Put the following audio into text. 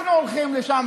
אנחנו הולכים לשם.